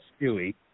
Stewie